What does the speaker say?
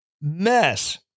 mess